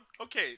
Okay